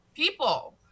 People